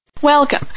Welcome